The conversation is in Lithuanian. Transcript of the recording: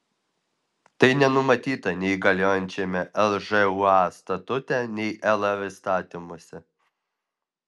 tai nenumatyta nei galiojančiame lžūa statute nei lr įstatymuose